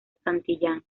santillán